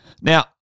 Now